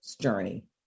journey